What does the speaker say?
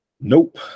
Nope